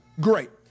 Great